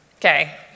okay